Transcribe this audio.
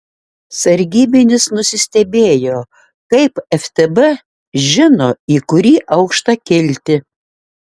sargybinis nusistebėjo kaip ftb žino į kurį aukštą kilti